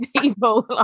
people